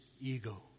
ego